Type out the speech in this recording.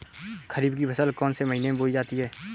खरीफ की फसल कौन से महीने में बोई जाती है?